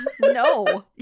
No